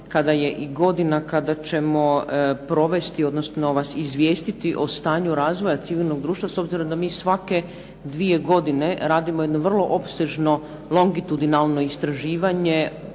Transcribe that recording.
kada je i godina kada ćemo provesti odnosno vas izvijestiti o stanju razvoja civilnog društva, s obzirom da mi svake dvije godine radimo jedno vrlo opsežno, longitudinalno istraživanje